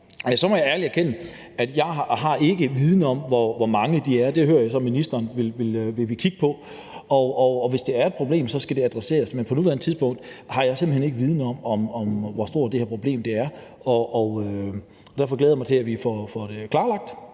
jeg ikke har viden om, hvor mange de er. Det hører jeg så ministeren vil kigge på. Og hvis det er et problem, skal det adresseres, men på nuværende tidspunkt har jeg simpelt hen ikke viden om, hvor stort det her problem er. Derfor glæder jeg mig til, at vi får det klarlagt,